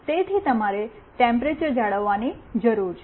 તેથી તમારે ટેમ્પરેચર્ જાળવવાની જરૂર છે